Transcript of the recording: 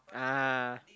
ah